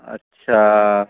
अच्छा